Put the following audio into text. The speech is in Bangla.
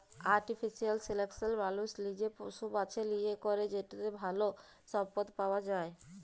আর্টিফিশিয়াল সিলেকশল মালুস লিজে পশু বাছে লিয়ে ক্যরে যেটতে ভাল সম্পদ পাউয়া যায়